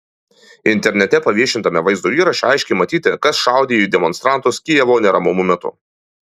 internete paviešintame vaizdo įraše aiškiai matyti kas šaudė į demonstrantus kijevo neramumų metu